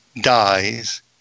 dies